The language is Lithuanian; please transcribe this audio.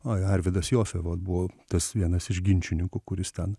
oi arvydas josė vat buvo tas vienas iš ginčininkų kuris ten